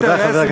תודה.